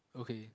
okay